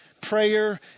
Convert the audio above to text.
prayer